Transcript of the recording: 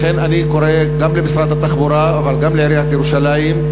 לכן אני קורא גם למשרד התחבורה אבל גם לעיריית ירושלים,